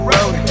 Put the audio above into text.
Road